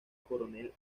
coronel